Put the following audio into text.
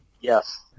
Yes